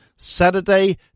saturday